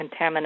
Contaminant